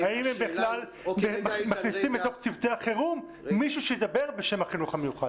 האם הם בכלל מכניסים לתוך צוותי החירום מישהו שידבר בשם החינוך המיוחד?